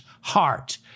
heart